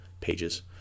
Pages